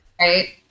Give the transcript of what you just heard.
Right